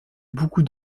beaucoup